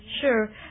Sure